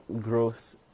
growth